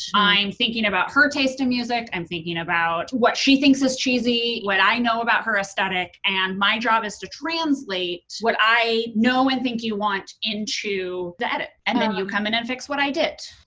i'm thinking about her taste in music. i'm thinking about what she thinks is cheesy, what i know about her aesthetic and my job is to translate what i know and think you want into the edit. and then you come in and fix what i did.